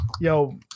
yo